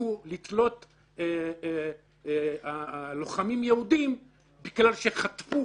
הפסיקו לתלות לוחמים יהודים בגלל שחטפו